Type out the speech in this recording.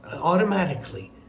automatically